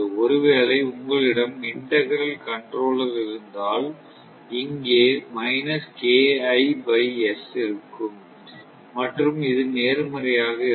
ஒருவேளை உங்களிடம் integral controller இருந்தால் இங்கே இருக்கும் மற்றும் இது நேர்மறையாக இருக்கும்